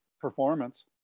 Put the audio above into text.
performance